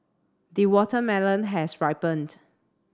the watermelon has ripened